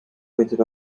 printed